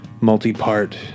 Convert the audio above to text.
multi-part